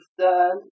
understand